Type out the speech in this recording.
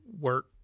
work